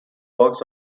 works